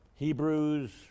Hebrews